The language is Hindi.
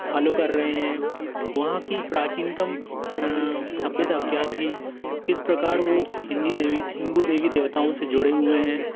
फ़ॉलो कर रहे हैं वहाँ की प्राचीनतम सभ्यता क्या थी किस प्रकार वो हिंदी देवी हिंदू देवी देवताओं से जुड़े हुए हैं